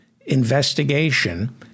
investigation